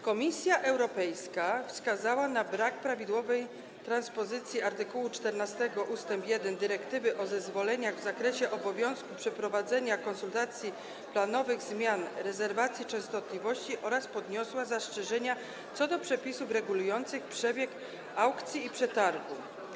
Komisja Europejska wskazała na brak prawidłowej transpozycji art. 14 ust. 1 dyrektywy o zezwoleniach w zakresie obowiązku przeprowadzenia konsultacji planowanych zmian rezerwacji częstotliwości oraz podniosła zastrzeżenia co do przepisów regulujących przebieg aukcji i przetargu.